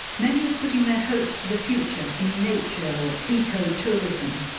many are putting their hopes for the future in nature or eco-tourism.